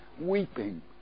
weeping